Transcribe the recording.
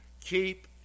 keep